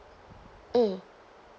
mm